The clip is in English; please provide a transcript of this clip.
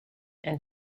and